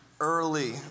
early